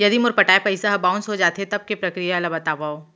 यदि मोर पटाय पइसा ह बाउंस हो जाथे, तब के प्रक्रिया ला बतावव